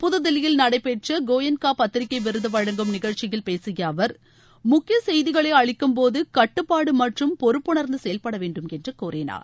புதுதில்லியில் நடைபெற்றகோயங்காபத்திரிகைவிருதுவழங்கும் நிகழ்ச்சியில் பேசியஅவர் முக்கியசெய்திகளைஅளிக்கும் போது கட்டுப்பாடுமற்றும் பொறுப்புணர்ந்துசெயல்படவேண்டும் என்றுகூறினார்